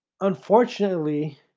unfortunately